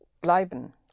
Bleiben